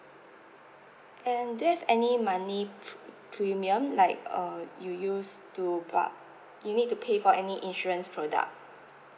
and do you have any monthly premium like uh you use to bug you need to pay for any insurance product